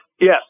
yes